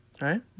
right